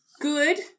Good